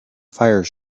fire